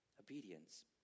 obedience